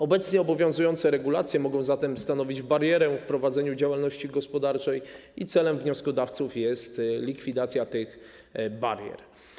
Obecnie obowiązujące regulacje mogą zatem stanowić barierę w prowadzeniu działalności gospodarczej i celem wnioskodawców jest likwidacja tych barier.